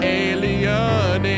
alien